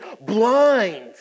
blind